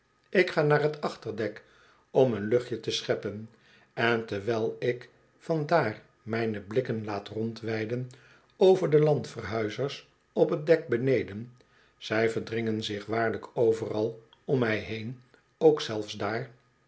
ik ga naar t achterdek om een luchtje te scheppen en terwijl ik van daar mijne blikken laat rondweiden over de landverhuizers op t dek beneden zij verdringen zich waarlijk overal om mij heen ook zelfs daar